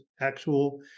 actual